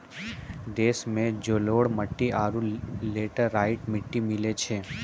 देशो मे जलोढ़ मट्टी आरु लेटेराइट मट्टी मिलै छै